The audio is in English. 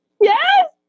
yes